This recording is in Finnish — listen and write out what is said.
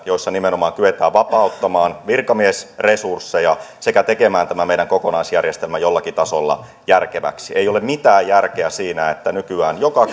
joissa nimenomaan kyetään vapauttamaan virkamiesresursseja sekä tekemään tämä meidän kokonaisjärjestelmä jollakin tasolla järkeväksi ei ole mitään järkeä siinä että nykyään joka